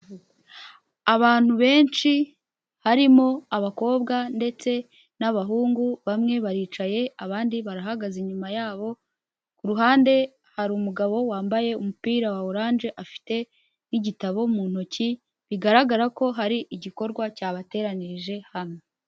Abantu benshi, harimo abakobwa ndetse n'abahungu, bamwe baricaye abandi barahagaze inyuma yabo, ku ruhande hari umugabo wambaye umupira wa orange, afite n'igitabo mu ntoki, bigaragara ko hari igikorwa cyabateranyirije hano.